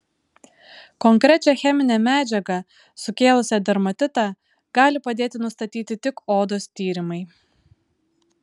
konkrečią cheminę medžiagą sukėlusią dermatitą gali padėti nustatyti tik odos tyrimai